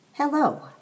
Hello